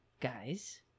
guys